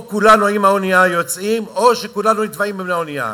או שכולנו יוצאים עם האונייה או שכולנו טובעים עם האונייה,